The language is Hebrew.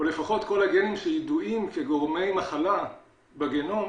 או לפחות כל הגנים שידועים כגורמי מחלה בגנום,